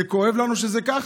זה כואב לנו שזה כך,